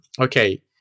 okay